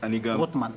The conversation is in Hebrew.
נטע רוטמן,